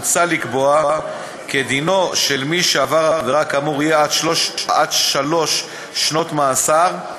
מוצע לקבוע כי דינו של מי שעבר עבירה כאמור יהיה עד שלוש שנות מאסר.